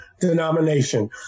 denomination